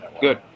Good